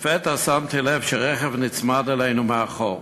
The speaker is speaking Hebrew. לפתע שמתי לב שרכב נצמד אלינו מאחור.